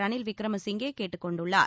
ரனில் விக்ரமசிங்கே கேட்டுக் கொண்டுள்ளார்